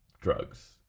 drugs